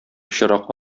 пычрак